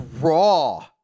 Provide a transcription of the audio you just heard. raw